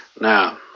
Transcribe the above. Now